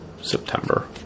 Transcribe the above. September